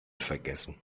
vergessen